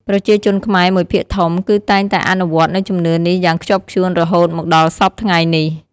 ប្រជាជនខ្មែរមួយភាគធំ គឺតែងតែអនុវត្តន៍នៅជំនឿនេះយ៉ាងខ្ជាប់ខ្ជួនរហូតមកដល់សព្វថ្ងៃនេះ។